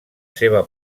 seva